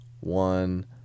one